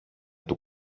του